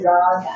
God